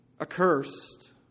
accursed